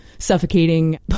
suffocating